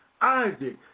Isaac